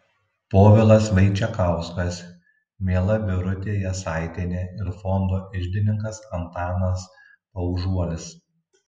povilas vaičekauskas miela birutė jasaitienė ir fondo iždininkas antanas paužuolis